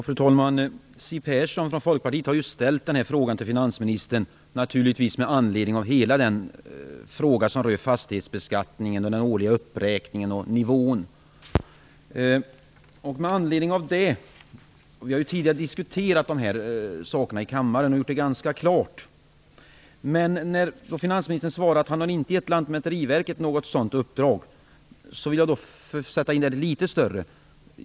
Fru talman! Siw Persson från Folkpartiet har givetvis ställt frågan till finansministern med anledning av hela den fråga som rör fastighetsbeskattningen, den årliga uppräkningen och nivån. Vi har tidigare diskuterat de sakerna i kammaren och gjort det ganska klart. När finansministern nu svarar att han inte har gett Lantmäteriverket något sådant uppdrag vill jag sätta in frågan i ett något större sammanhang.